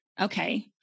Okay